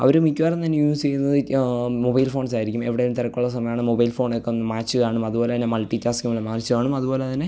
അവർ മിക്കവാറും തന്നെ യൂസ് ചെയ്യുന്നത് മൊബൈൽ ഫോൺസായിരിക്കും എവിടെയും തിരക്കുള്ള സമയാണ് മൊബൈൽ ഫോണൊക്കെയൊന്ന് മാച്ച് കാണും അതുപോലെ തന്നെ മൾട്ടി ടാസ്കിംഗുള്ള മാച്ച് കാണും അതുപോലെ തന്നെ